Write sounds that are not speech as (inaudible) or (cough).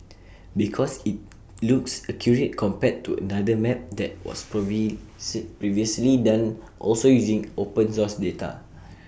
because IT looks accurate compared to another map that was (unintelligible) previously done also using open source data